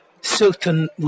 certain